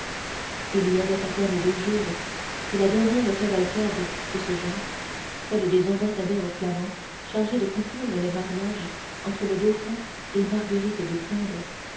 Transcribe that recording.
il y avait à peine deux jours que la dernière cavalcade de ce genre celle des ambassadeurs flamands chargés de conclure le mariage entre le dauphin et marguerite de flandre